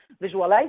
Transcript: visualize